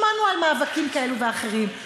שמענו על מאבקים כאלו ואחרים.